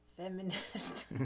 Feminist